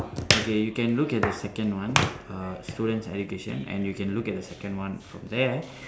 okay you can look at the second one uh student's education and you can look at the second one from there